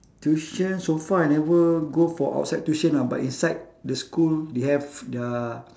tuition so far I never go for outside tuition ah but inside the school they have the